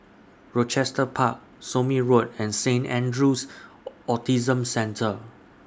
Rochester Park Somme Road and Saint Andrew's Autism Centre